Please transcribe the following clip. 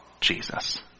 Jesus